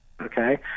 okay